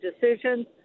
decisions